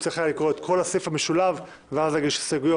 הוא היה צריך לקרוא את כל הסעיף המשולב ואז להגיש הסתייגויות,